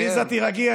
עליזה, תירגעי.